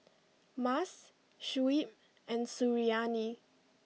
Mas Shuib and Suriani